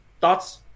Thoughts